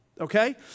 Okay